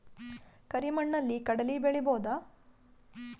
ಕರಿ ಮಣ್ಣಲಿ ಕಡಲಿ ಬೆಳಿ ಬೋದ?